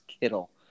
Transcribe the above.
Kittle